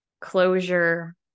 closure